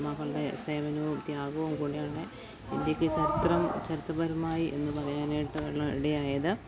മഹാത്മാക്കളുടെ സേവനവും ത്യാഗവും കൂടിയാണ് ഇന്ത്യക്ക് ചരിത്രപരമായി എന്ന് പറയാനായിട്ട് ഉള്ള ഇടയായത്